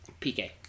PK